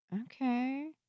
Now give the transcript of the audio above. Okay